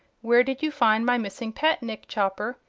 where did you find my missing pet, nick chopper?